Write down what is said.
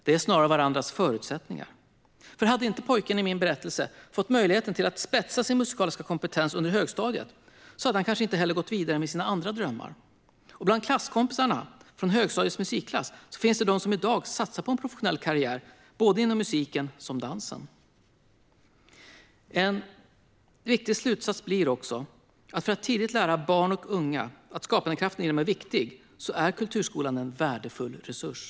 De är snarare varandras förutsättningar. Hade inte pojken i min berättelse fått möjligheten att spetsa sin musikaliska kompetens under högstadiet hade han kanske inte heller gått vidare med sina andra drömmar. Och bland klasskompisarna från högstadiets musikklass finns det de som i dag satsar på en professionell karriär - inom både musiken och dansen. En viktig slutsats blir också: När det gäller att tidigt lära barn och unga att skapandekraften i dem är viktig är kulturskolan en värdefull resurs.